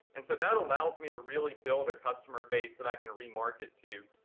and so that allows me to really build a customer base that i can remarket to.